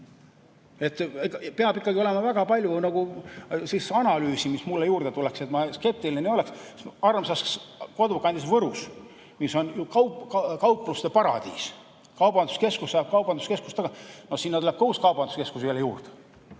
Peab ikkagi olema väga palju analüüsi, mis juurde tuleks, et ma skeptiline ei oleks. Armsas kodukandis Võrus, mis on kaupluste paradiis, ajab kaubanduskeskus kaubanduskeskust taga. Sinna tuleb ka uus kaubanduskeskus veel juurde,